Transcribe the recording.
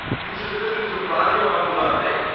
you should listen to radio ambulante,